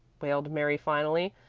wailed mary finally.